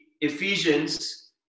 Ephesians